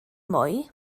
mwy